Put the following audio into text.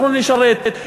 אנחנו נשרת,